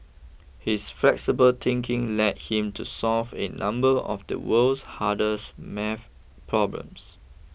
his flexible thinking led him to solve a number of the world's hardest maths problems